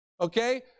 Okay